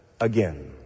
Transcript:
again